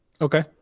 Okay